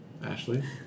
Ashley